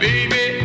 Baby